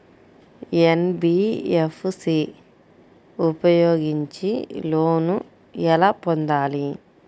NBFC ఉపయోగించి loan ఎలా పొందాలి?